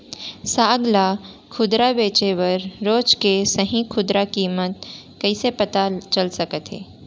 साग ला खुदरा बेचे बर रोज के सही खुदरा किम्मत कइसे पता चल सकत हे?